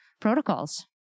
protocols